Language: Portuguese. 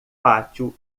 pátio